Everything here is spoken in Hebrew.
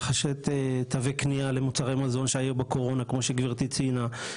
רכישת תווי קנייה למוצרי מזון שהיו בקורונה כמו שגברתי ציינה,